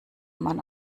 man